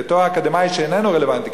לתואר אקדמי שאיננו רלוונטי.